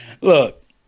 Look